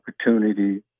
opportunity